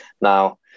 Now